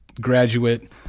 graduate